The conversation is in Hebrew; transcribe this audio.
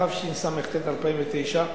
התשס"ט 2009,